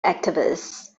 activists